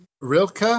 Rilke